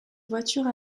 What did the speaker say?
voitures